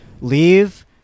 leave